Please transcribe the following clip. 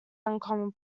uncommon